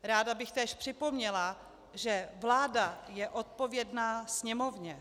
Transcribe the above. Ráda bych též připomněla, že vláda je odpovědná Sněmovně.